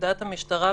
בפקודת המשטרה,